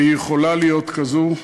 היא יכולה להיות כזאת,